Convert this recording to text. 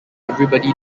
everybody